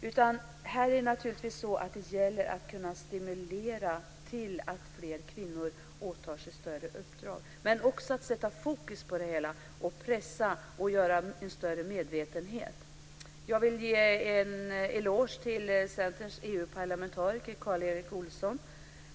Här gäller det naturligtvis att kunna stimulera till att fler kvinnor åtar sig större uppdrag, men också att kunna sätta fokus på det hela och pressa och få fram en mycket större medvetenhet. Jag vill ge en eloge till Centerns EU parlamentariker Karl Erik Olsson.